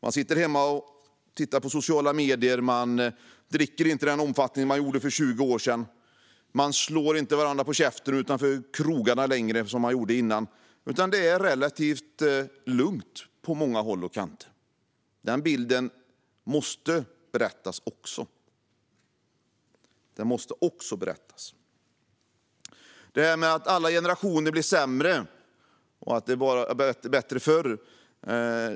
De sitter hemma och tittar på sociala medier, de dricker inte i samma omfattning som för 20 år sedan, de slår inte varandra på käften utanför krogarna längre, utan det är relativt lugnt på många håll och kanter. Den bilden måste också berättas. Det sägs att alla generationer blir sämre och att det var bättre förr.